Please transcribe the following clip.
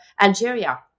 Algeria